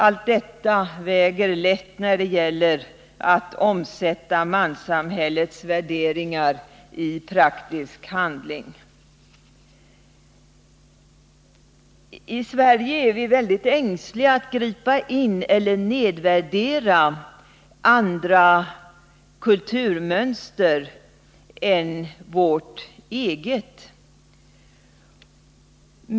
Allt detta väger lätt när det gäller att omsätta manssamhällets värderingar i praktisk handling. I Sverige är vi mycket ängsliga för att gripa in i eller nedvärdera andra kulturmönster än vårt eget.